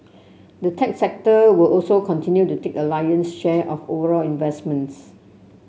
the tech sector will also continue to take a lion's share of overall investments